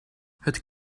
het